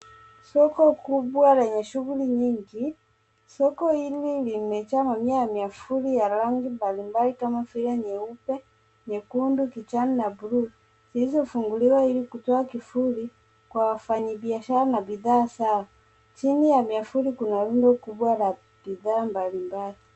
Soko kubwa lenye shuguli nyingi. Soko hili limejaa mamia ya miavuli ya rangi kama vile nyeupe, nyekundu, kijani na buluu zilizofunguliwa ili kutoa kivuli kwa wafanyibiashara na bidhaa zao. Chini ya miavuli kuna rundo kubwa la bidhaa mbalimbali.